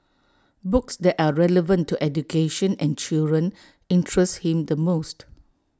books that are relevant to education and children interest him the most